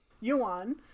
Yuan